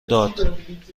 داد